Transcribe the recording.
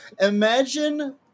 imagine